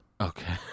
Okay